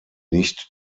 nicht